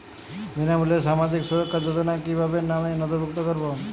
বিনামূল্যে সামাজিক সুরক্ষা যোজনায় কিভাবে নামে নথিভুক্ত করবো?